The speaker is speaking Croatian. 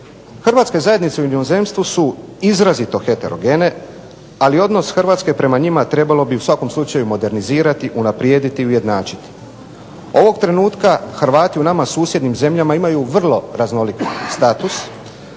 Hrvatske zajednice u inozemstvu su izrazito heterogene, ali odnos Hrvatske prema njima trebalo bi u svakom slučaju modernizirati, unaprijediti i ujednačiti. Ovog trenutka Hrvati u nama susjednim zemljama imaju vrlo raznolik status,